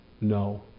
no